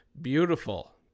beautiful